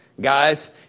Guys